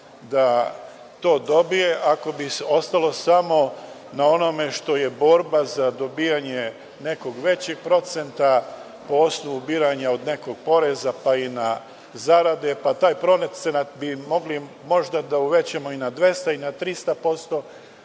da to dobije ako bi ostalo samo na onome što je borba za dobijanje nekog većeg procenta po osnovu ubiranja nekog poreza, pa i na zarade. Taj procenat bi mogli možda da uvećamo i na 200 i na 300%